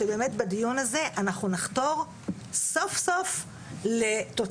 שבאמת בדיון הזה אנחנו נחתור סוף סוף לתוצאות.